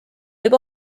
võib